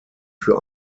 für